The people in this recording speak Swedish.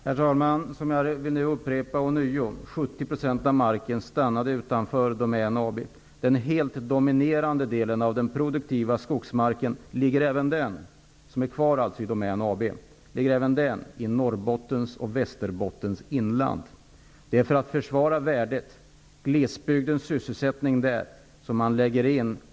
Herr talman! Jag upprepar ånyo att 70 % av marken inte ingår i Domän AB. Den dominerande delen av den produktiva skogsmarken, som ingår i Västerbottens inland. Det är för att försvara sysselsättningen i glesbygden som ASSI och NCB går in.